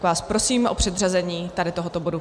Tak vás prosím o předřazení tady tohoto bodu.